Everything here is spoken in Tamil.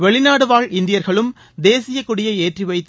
வெளிநாடுவாழ் இந்தியர்களும் தேசியக் கொடியை ஏற்றி வைத்து